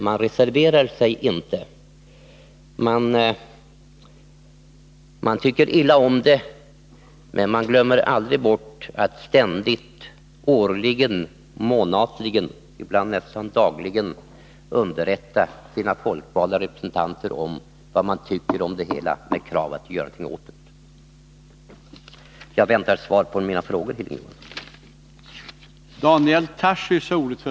Man reserverar sig inte, men man tycker illa om kollektivanslutningen och man underlåter inte att årligen, månatligen, ibland nästan dagligen, underrätta sina folkvalda representanter om vad man tycker, och man ställer krav på att vi skall göra någonting åt det här. Jag väntar svar på mina frågor, Hilding Johansson.